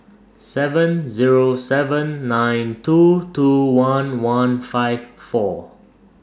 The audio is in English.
seven Zero seven nine two two one one five four